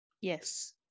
Yes